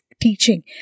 teaching